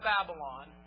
Babylon